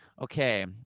okay